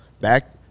Back